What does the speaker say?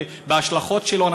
בהשלכות שלו.